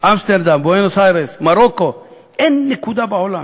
אמסטרדם, בואנוס-איירס, מרוקו, אין נקודה בעולם,